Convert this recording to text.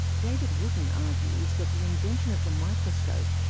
david wootton argues that the invention of the microscope,